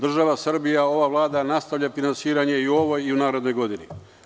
Država Srbija i ova Vlada nastavljaju finansiranje i u ovoj i u narednoj godini.